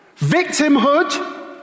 Victimhood